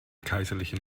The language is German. kaiserlichen